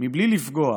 מבלי לפגוע